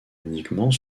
uniquement